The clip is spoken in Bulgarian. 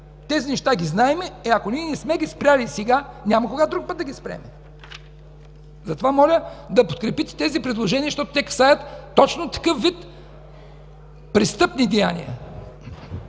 Тези неща ги знаем и ако не сме ги спрели сега, няма кога друг път да ги спрем. Затова моля да подкрепите тези предложения, защото те касаят точно такъв вид престъпни деяния!